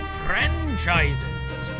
franchises